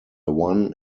one